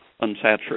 unsaturated